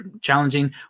challenging